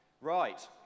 Right